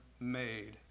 Made